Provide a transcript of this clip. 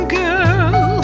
girl